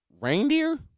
Reindeer